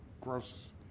gross